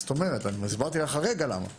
אני אומר, מה זאת אומרת, אני הסברתי לך הרגע למה.